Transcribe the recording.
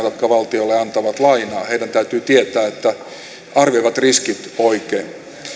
valtiolle antavat lainaa heidän täytyy tietää että arvioivat riskit oikein